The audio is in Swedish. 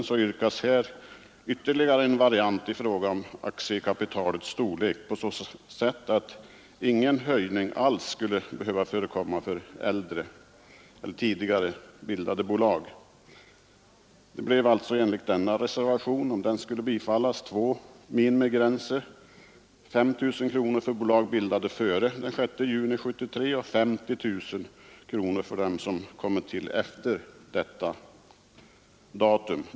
Här yrkas ytterligare en variant i fråga om aktiekapitalets storlek på så sätt att ingen höjning skulle behöva förekomma för äldre bolag. Om denna reservation skulle bifallas finge vi två minimigränser: 5 000 kronor för bolag bildade före den 6 juni 1973 och 50 000 kronor för dem som kommer till efter detta datum.